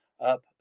up